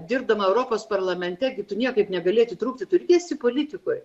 dirbdama europos parlamente gi tu niekaip negali atitrūkti tu irgi esi politikoj